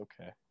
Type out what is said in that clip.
okay